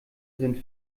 sind